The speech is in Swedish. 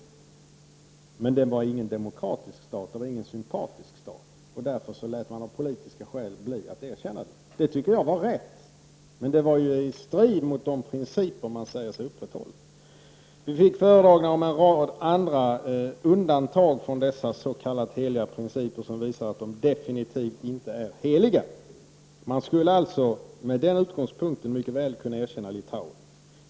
Men det var ingen demokratisk stat, det var ingen sympatisk stat, och därför lät man av politiska skäl bli att erkänna den. Det tycker jag var rätt, men det var ju i strid mot de principer man säger sig upprätthålla. Vi fick föredragningar om en rad andra undantag från dessa s.k. heliga principer som visar att de definitivt inte är heliga. Man skulle alltså med den utgångspunkten mycket väl kunna erkänna Litauen.